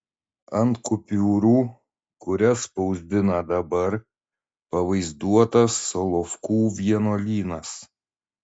ant kupiūrų kurias spausdina dabar pavaizduotas solovkų vienuolynas